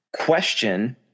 Question